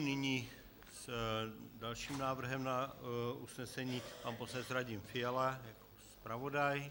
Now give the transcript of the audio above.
Nyní s dalším návrhem na usnesení pan poslanec Radim Fiala jako zpravodaj.